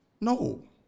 No